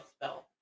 spell